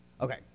Okay